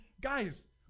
guys